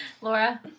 Laura